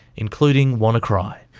including wannacry.